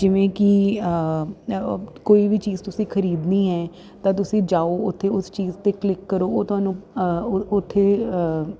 ਜਿਵੇਂ ਕਿ ਕੋਈ ਵੀ ਚੀਜ਼ ਤੁਸੀਂ ਖਰੀਦਣੀ ਹੈ ਤਾਂ ਤੁਸੀਂ ਜਾਓ ਉੱਥੇ ਉਸ ਚੀਜ਼ 'ਤੇ ਕਲਿੱਕ ਕਰੋ ਉਹ ਤੁਹਾਨੂੰ ਉੱਥੇ